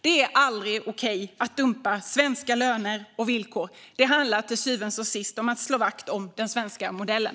Det är aldrig okej att dumpa svenska löner och villkor. Det handlar till syvende och sist om att slå vakt om den svenska modellen.